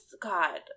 God